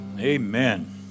amen